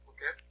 Okay